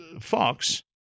Fox